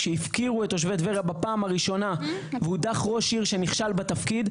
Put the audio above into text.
כשהפקירו את תושבי טבריה בפעם הראשונה והודח ראש עיר שנכשל בתפקיד,